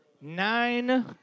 nine